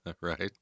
Right